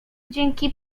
dzięki